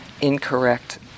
incorrect